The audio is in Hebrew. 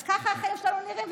אז ככה החיים שלנו נראים,